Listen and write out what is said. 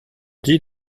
dit